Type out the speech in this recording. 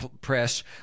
press